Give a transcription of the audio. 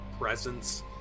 presence